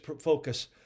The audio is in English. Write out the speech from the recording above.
focus